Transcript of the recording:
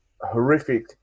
horrific